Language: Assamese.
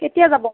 কেতিয়া যাব